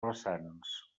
vessants